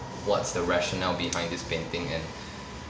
what's the rationale behind this painting and